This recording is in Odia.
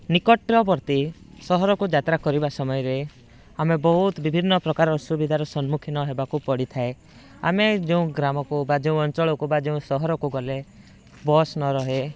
ନିକଟବର୍ତ୍ତୀ ସହରକୁ ଯାତ୍ରା କରିବା ସମୟରେ ଆମେ ବହୁତ ବିଭିନ୍ନ ପ୍ରକାର ଅସୁବିଧାର ସମ୍ମୁଖୀନ ହେବାକୁ ପଡ଼ିଥାଏ ଆମେ ଯେଉଁ ଗ୍ରାମକୁ ବା ଯେଉଁ ଅଞ୍ଚଳକୁ ବା ଯେଉଁ ସହରକୁ ଗଲେ ବସ୍ ନ ରହେ